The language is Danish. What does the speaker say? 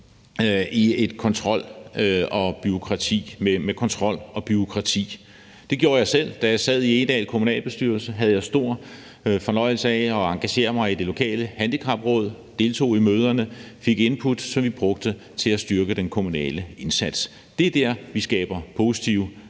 med kontrol og bureaukrati. Det gjorde jeg også selv. Da jeg sad i Egedal Kommunalbestyrelse, havde jeg stor fornøjelse af at engagere mig i det lokale handicapråd. Jeg deltog i møderne, og jeg fik input, som vi brugte til at styrke den kommunale indsats. Det er der, vi skaber positive